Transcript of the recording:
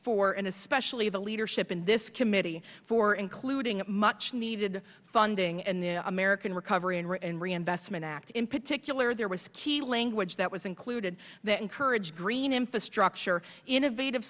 for and especially the leadership in this committee for including a much needed funding and the american recovery and reinvestment act in particular there was key language that was included that encourage green infrastructure innovative